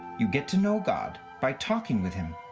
you get to know god by talking with him.